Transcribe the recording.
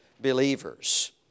believers